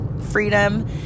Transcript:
freedom